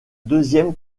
deuxième